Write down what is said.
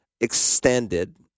extended